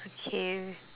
okay